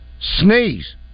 sneeze